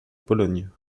pologne